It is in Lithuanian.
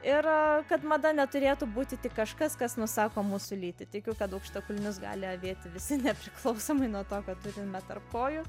ir kad mada neturėtų būti tik kažkas kas nusako mūsų lytį tikiu kad aukštakulnius gali avėti visi nepriklausomai nuo to ką turime tarp kojų